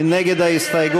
מי נגד ההסתייגות?